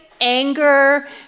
anger